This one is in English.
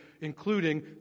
including